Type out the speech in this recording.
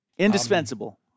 Indispensable